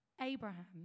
Abraham